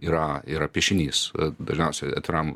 yra yra piešinys dažniausiai atviram